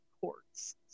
courts